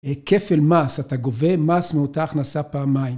כפל מס, אתה גובה מס מאותה הכנסה פעמיים.